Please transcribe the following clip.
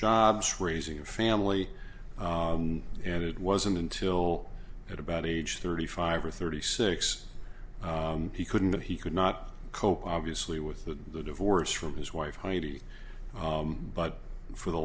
jobs raising a family and it wasn't until at about age thirty five or thirty six he couldn't that he could not cope obviously with the divorce from his wife heidi but for the